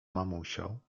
mamusią